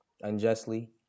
unjustly